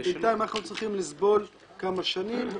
בינתיים אנחנו צריכים לסבול כמה שנים.